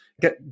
Get